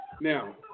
Now